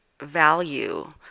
value